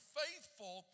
faithful